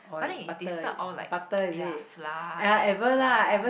but then it tasted all like ya flour and flour